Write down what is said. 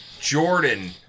Jordan